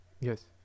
Yes